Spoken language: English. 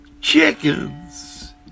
chickens